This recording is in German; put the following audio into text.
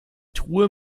truhe